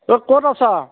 অঁ ক'ত আছা